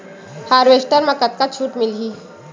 Harvester म कतका छूट मिलही?